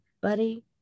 buddy